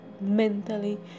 mentally